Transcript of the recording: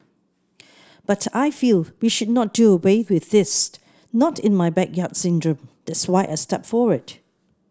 but I feel we should not do away with this not in my backyard syndrome that's why I stepped forward